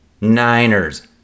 Niners